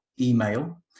email